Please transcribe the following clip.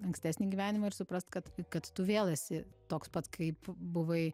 ankstesnį gyvenimą ir suprast kad kad tu vėl esi toks pat kaip buvai